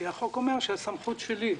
כי החוק אומר שהסמכות היא שלי.